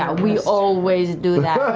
ah we always do that.